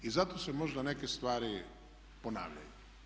I zato se možda neke stvari ponavljaju.